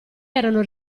erano